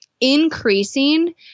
increasing